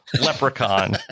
Leprechaun